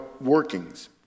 workings